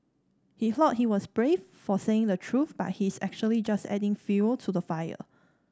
he thought he was brave for saying the truth but he's actually just adding fuel to the fire